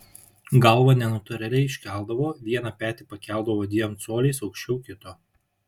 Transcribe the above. galvą nenatūraliai iškeldavo vieną petį pakeldavo dviem coliais aukščiau kito